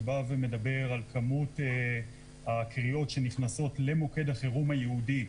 שבא ומדבר על כמות הקריאות שנכנסות למוקד החירום הייעודי,